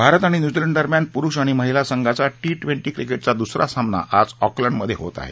भारत आणि न्यूझीलंड दरम्यान पुरुष आणि महिला संघाचा टी ट्वेन्टी क्रिकेटचा दुसरा सामना आज ऑकलंडमध्ये होत आहे